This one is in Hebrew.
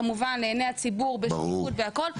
כמובן לעיני הציבור בשקיפות והכול.